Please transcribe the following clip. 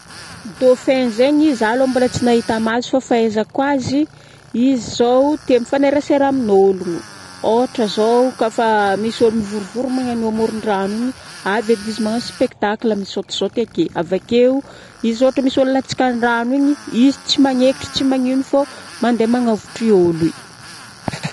Dauphin zegny, za alôha mbôla tsy nahita maso fô fahaizako azy. Izy zao tia mifanerasêra amin'ologno. Ôhatra zao kofa misy olo mivôrivory magnaniô amorondrano igny.avy edy izy magnano spectacle misôtisôty akeo. Avakeo izy ôhatra misy olo latsaka andrano igny, izy tsy magnekitry, tsy magnino fô mandeha magnavotry ôlo io